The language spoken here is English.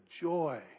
joy